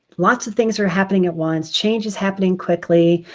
lots of things are happening at once. change is happening quickly.